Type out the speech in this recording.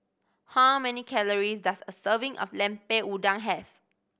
how many calories does a serving of Lemper Udang have